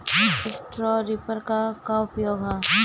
Straw reaper क का उपयोग ह?